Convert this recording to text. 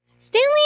Stanley